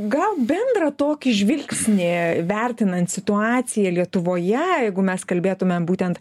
gal bendrą tokį žvilgsnį vertinant situaciją lietuvoje jeigu mes kalbėtumėm būtent